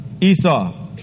Esau